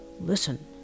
listen